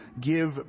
give